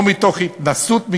לא מתוך התנשאות,